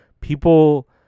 people